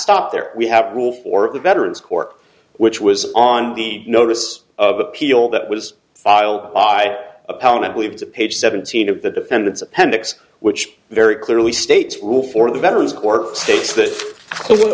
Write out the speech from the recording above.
stop there we have a rule for the veterans court which was on the notice of appeal that was filed by a pound i believe that page seventeen of the defendant's appendix which very clearly states rule for the veterans or states that